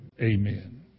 Amen